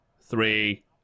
three